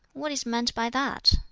what is meant by that?